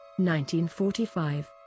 1945